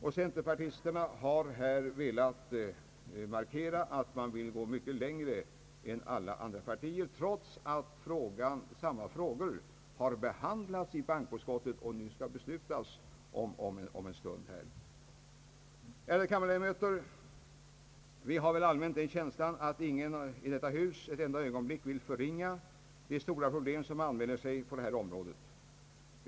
Centerpartisterna har velat markera att de vill gå mycket längre än alla andra partier, trots att dessa frågor har behandlats i bankoutskottet, vars utlåtande vi om en stund skall fatta beslut om. ' Ärade kammarledamöter! Vi har väl allmänt den känslan att ingen i detta hus ett enda ögonblick vill förringa de stora problem som anmäler sig på detta område.